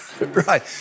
Right